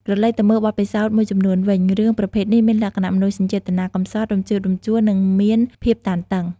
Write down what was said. ក្រឡេកទៅមើលបទពិសោធមួយចំនួនវិញ រឿងប្រភេទនេះមានលក្ខណៈមនោសញ្ចេតនាកម្សត់ រំជើបរំជួល និងមានភាពតានតឹង។